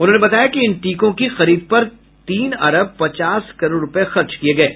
उन्होंने बताया कि इन टीकों की खरीद पर तीन अरब पचास करोड़ रुपये खर्च किये गये